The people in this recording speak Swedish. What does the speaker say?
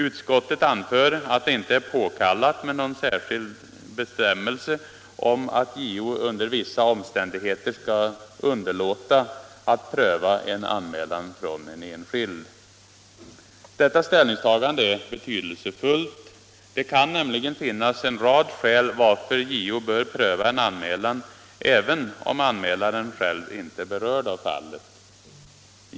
Utskottet anför 69 att det inte är påkallat med någon särskild bestämmelse om att JO under vissa omständigheter skall underlåta att pröva en anmälan från en enskild. Detta ställningstagande är betydelsefullt. Det kan nämligen finnas en rad skäl varför JO bör pröva en anmälan även om anmälaren själv inte är berörd av fallet.